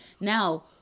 Now